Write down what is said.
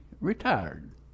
retired